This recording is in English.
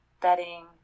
bedding